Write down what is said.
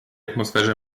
atmosferze